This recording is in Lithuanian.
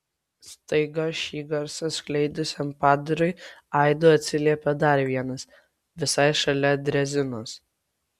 staiga šį garsą skleidusiam padarui aidu atsiliepė dar vienas visai šalia drezinos